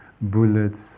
bullets